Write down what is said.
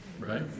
right